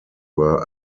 were